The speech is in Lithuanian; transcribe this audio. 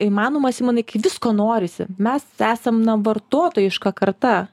įmanoma simonai kai visko norisi mes esam na vartotojiška karta